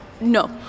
No